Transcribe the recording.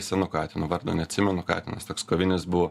senu katinu vardo neatsimenu katinas toks kovinis buvo